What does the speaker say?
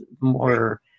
more